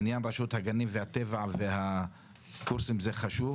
עניין רשות הטבע והגנים זה חשוב,